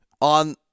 on